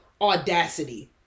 audacity